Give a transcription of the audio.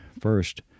First